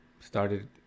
started